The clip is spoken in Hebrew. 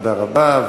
תודה רבה.